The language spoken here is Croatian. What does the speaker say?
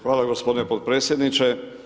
Hvala gospodine potpredsjedniče.